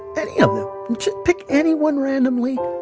any of just pick any one random week.